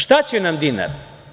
Šta će nam dinar?